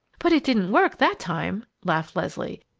but it didn't work that time, laughed leslie,